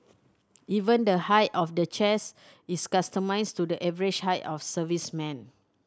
even the height of the chairs is customised to the average height of servicemen